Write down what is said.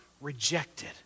rejected